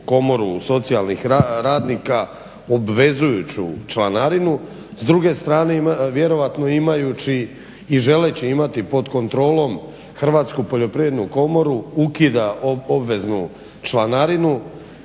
komoru socijalnih radnika obvezujuću članarinu. S druge strane vjerojatno imajući i želeći imati pod kontrolom Hrvatsku poljoprivrednu komoru ukida obveznu članarinu